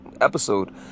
episode